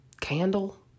candle